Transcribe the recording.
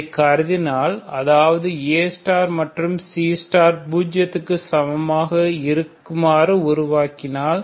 இதை கருதினால் அதாவது A மற்றும் C பூஜ்ஜியத்துக்கு சமமாக இருக்குமாறு உருவாக்கினால்